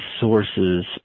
sources